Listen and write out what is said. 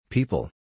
People